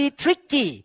tricky